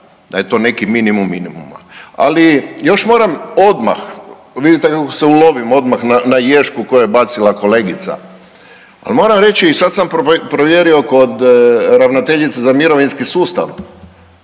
da je to neki minimum minimuma. Ali još moram odmah, vidite kako se ulovim odmah na ješku koju je bacila kolegica. Moram reći i sad sam provjerio kod ravnateljice za mirovinski sustav,